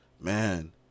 man